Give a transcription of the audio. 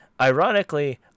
ironically